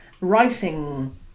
writing